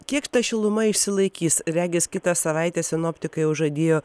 kiek ta šiluma išsilaikys regis kitą savaitę sinoptikai jau žadėjo